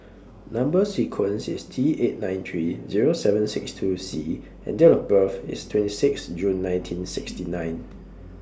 Number sequence IS T eight nine three Zero seven six two C and Date of birth IS twenty six June nineteen sixty nine